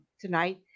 tonight